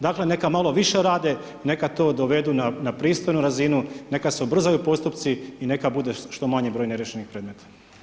Dakle neka malo više rade, neka to dovedu na pristojnu razinu, neka se ubrzaju postupci i neka bude što manji broj neriješenih predmeta.